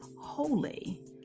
holy